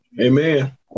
Amen